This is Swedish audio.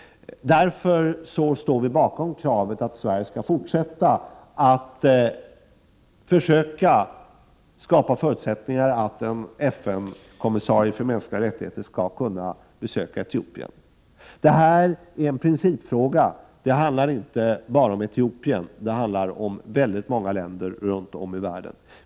Därför står centerpartiet bakom kravet att Sverige skall fortsätta att försöka skapa förutsättningar för att en FN-kommissarie för mänskliga rättigheter skall kunna besöka Etiopien. Detta är en principfråga. Det handlar inte bara om Etiopien, utan om många länder runt om i världen.